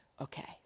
okay